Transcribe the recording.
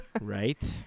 Right